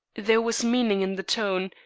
there was meaning in the tone,